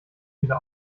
wieder